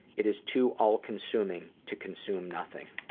it is too all consuming to consume nothing.